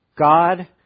God